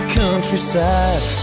countryside